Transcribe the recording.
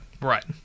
Right